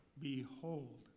Behold